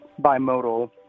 bimodal